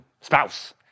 spouse